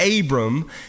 Abram